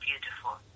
beautiful